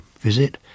visit